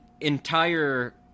entire